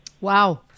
Wow